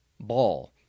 Ball